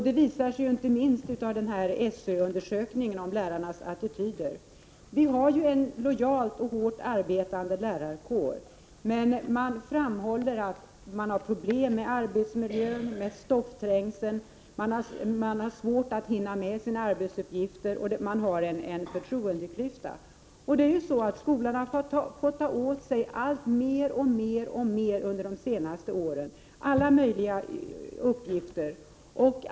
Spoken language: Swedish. Det visar sig inte minst i SÖ-undersökningen om lärarnas attityder. Vi har en lojalt och hårt arbetande lärarkår. Man framhåller emellertid att man har problem med arbetsmiljön och med stoffträngseln och att man har svårt att hinna med sina arbetsuppgifter. Det finns också förtroendeklyftor. Skolan har ju under de senaste åren fått ta åt sig alltmer av alla möjliga uppgifter.